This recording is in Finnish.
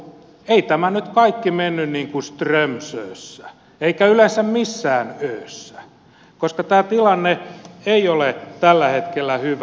ei tämä nyt kaikki mennyt niin kuin strömsössä eikä yleensä missään öössä koska tämä tilanne ei ole tällä hetkellä hyvä